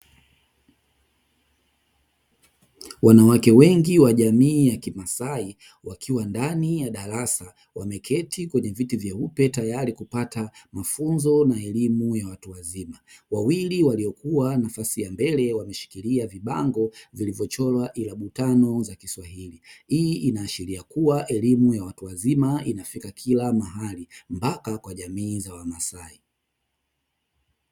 Wanawake wengi wa jamii ya kimasai wakiwa ndani ya darasa wameketi kwenye viti vyeupe tayari kupata mafunzo na elimu ya watu wazima wawili waliokuwa nafasi ya mbele wameshikilia vibango vilivyochorwa irabu tano za kiswahili, hii inaashiria kuwa elimu ya watu wazima inafika kila mahali mpaka kwa jamii za wamasai.